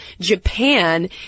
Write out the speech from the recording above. Japan